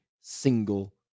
single